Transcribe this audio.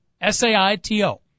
S-A-I-T-O